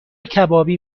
کبابی